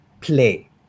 play